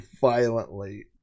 violently